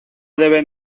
deber